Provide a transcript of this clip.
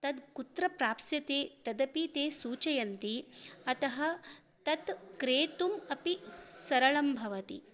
तद् कुत्र प्राप्स्यन्ते तदपि ते सूचयन्ति अतः तत् क्रेतुम् अपि सरलं भवति